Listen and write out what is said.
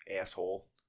asshole